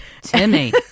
Timmy